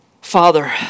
Father